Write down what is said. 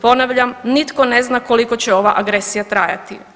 Ponavljam, nitko ne zna koliko će ova agresija trajati.